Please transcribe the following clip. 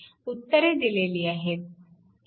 उत्तरे दिलेली आहेत